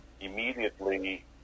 immediately